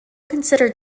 considered